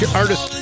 artist